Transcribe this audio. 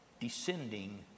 descending